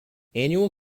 annual